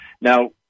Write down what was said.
Now